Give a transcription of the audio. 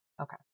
Okay